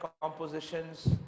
compositions